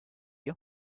you